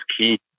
key